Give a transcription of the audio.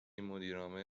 مدیرعامل